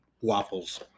waffles